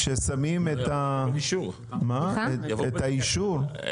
כששמים את האישור והבודק?